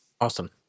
Awesome